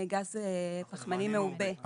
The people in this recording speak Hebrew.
גז פחמני מעובה.